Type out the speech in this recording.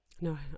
No